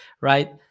right